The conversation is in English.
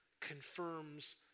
confirms